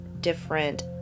different